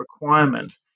requirement